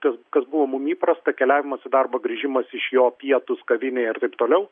kas kas buvo mum įprasta keliavimas į darbą grįžimas iš jo pietūs kavinėj ar taip toliau